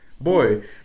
boy